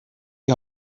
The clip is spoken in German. die